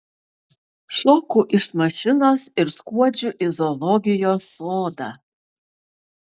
šoku iš mašinos ir skuodžiu į zoologijos sodą